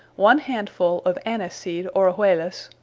one handfull of annis-seed orejuelas,